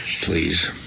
Please